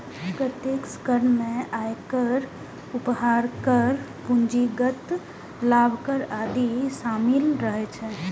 प्रत्यक्ष कर मे आयकर, उपहार कर, पूंजीगत लाभ कर आदि शामिल रहै छै